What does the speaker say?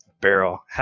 barrel